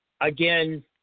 again